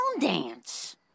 dance